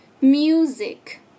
music